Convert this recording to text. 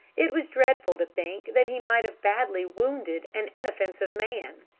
it was dreadful to think that he might have badly wounded an inoffensive man.